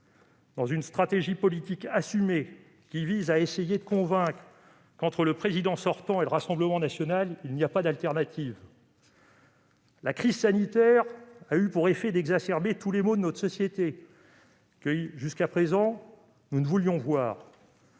dans une stratégie politique assumée qui vise à essayer de convaincre que, entre le Président sortant et le Rassemblement national, il n'y a pas d'alternative. La crise sanitaire a eu pour effet d'exacerber tous les maux de notre société que, jusqu'à présent, nous ne voulions voir.